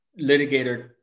litigator